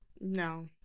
No